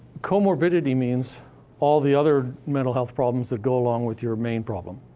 comorbidity means all the other mental health problems that go along with your main problem,